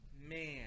man